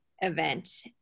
event